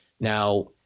Now